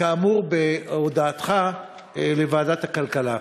כאמור בהודעתך לוועדת הכלכלה?